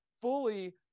fully